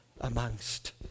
amongst